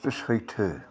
जे सैथो